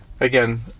Again